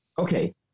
Okay